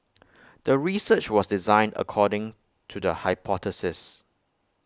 the research was designed according to the hypothesis